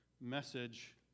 message